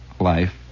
life